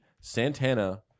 Santana